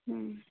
हुँ